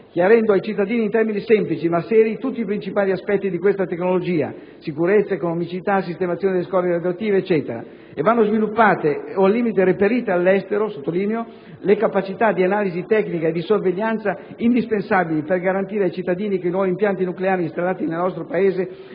chiarendo ai cittadini in termini semplici, ma seri, tutti i principali aspetti di questa tecnologia (sicurezza, economicità, sistemazione delle scorie radioattive, eccetera), e vanno sviluppate, al limite, reperite all'estero, lo sottolineo - le capacità di analisi tecnica e di sorveglianza indispensabili per garantire ai cittadini che i nuovi impianti nucleari installati nel nostro Paese